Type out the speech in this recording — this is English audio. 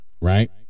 right